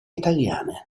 italiane